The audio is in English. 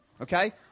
Okay